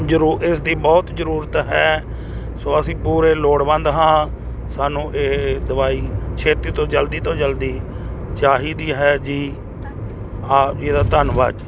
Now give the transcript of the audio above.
ਜ਼ਰੂਰ ਇਸ ਦੀ ਬਹੁਤ ਜ਼ਰੂਰਤ ਹੈ ਸੋ ਅਸੀਂ ਪੂਰੇ ਲੋੜਵੰਦ ਹਾਂ ਸਾਨੂੰ ਇਹ ਦਵਾਈ ਛੇਤੀ ਤੋਂ ਜਲਦੀ ਤੋਂ ਜਲਦੀ ਚਾਹੀਦੀ ਹੈ ਜੀ ਆਪ ਜੀ ਦਾ ਧੰਨਵਾਦ ਜੀ